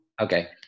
Okay